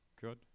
good